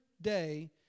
day